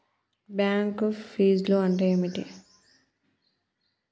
Bank ఫీజ్లు అంటే ఏమిటి?